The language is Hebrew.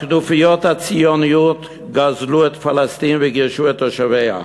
הכנופיות הציוניות גזלו את פלסטין וגירשו את תושביה.